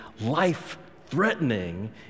life-threatening